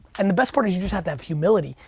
and the best part is you just have to have humility.